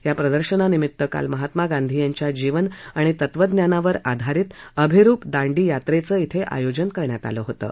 या प्रदर्शनानिमित्त काल महात्मा गांधी यांच्या जीवन आणि तत्वज्ञानावर आधारित अभिरुप दांडी यात्रेचं आयोजन करण्यात आलं होतं